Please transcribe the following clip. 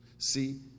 See